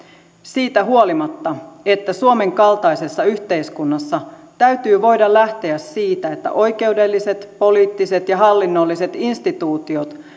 siitä huolimatta että suomen kaltaisessa yhteiskunnassa täytyy voida lähteä siitä että oikeudelliset poliittiset ja hallinnolliset instituutiot